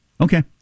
Okay